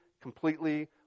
completely